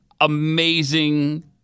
amazing